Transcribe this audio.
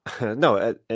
No